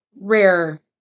rare